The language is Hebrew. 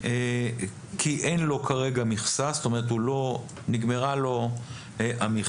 כי אין לו כרגע מכסה, זאת אומרת נגמרה לו המכסה,